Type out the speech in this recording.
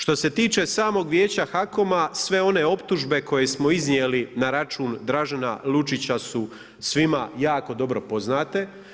Što se tiče samog Vijeća HAKOM-a, sve one optužbe koje smo iznijeli na račun Dražena Lučića su svima jako dobro poznate.